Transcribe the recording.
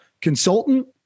consultant